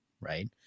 right